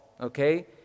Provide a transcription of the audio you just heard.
okay